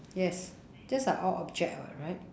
yes that's like all object [what] right